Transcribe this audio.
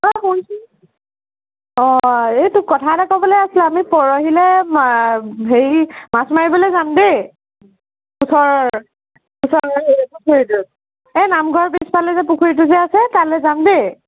ঐ শুনচোন অ' এই তোক কথা এটা ক'বলৈ আছিলে আমি পৰহিলৈ হেৰি মাছ মাৰিবলৈ যাম দেই ওচৰৰ এই ওচৰৰ পুখুৰীটোত এই নামঘৰৰ পিছফালে যে পুখুৰীটো আছে তালৈ যাম দেই